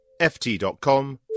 ft.com